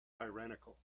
tyrannical